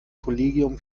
kollegium